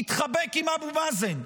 והתחבק עם אבו מאזן.